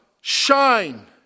shine